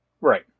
Right